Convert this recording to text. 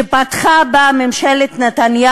עונת החיסול הכללי שפתחה בה ממשלת נתניהו